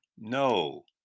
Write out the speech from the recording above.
no